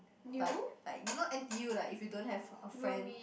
like like you know n_t_u like if you don't have a friend